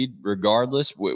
regardless